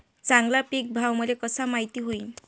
चांगला पीक भाव मले कसा माइत होईन?